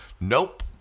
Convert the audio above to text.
Nope